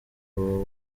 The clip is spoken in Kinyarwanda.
ubu